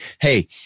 hey